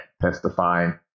testifying